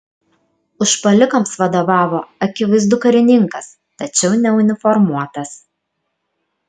užpuolikams vadovavo akivaizdu karininkas tačiau neuniformuotas